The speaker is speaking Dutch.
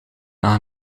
aan